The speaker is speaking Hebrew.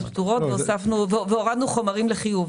פטורות והורדה של חומרים שיחויבו.